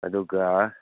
ꯑꯗꯨꯒ